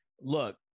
Look